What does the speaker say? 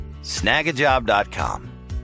Snagajob.com